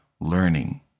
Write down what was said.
learning